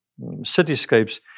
cityscapes